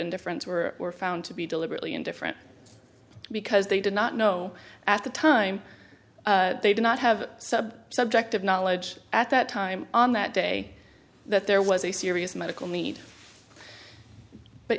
indifference were found to be deliberately indifferent because they did not know at the time they did not have subjective knowledge at that time on that day that there was a serious medical need but